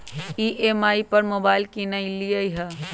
हम ई.एम.आई पर मोबाइल किनलियइ ह